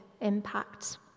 impact